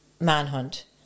manhunt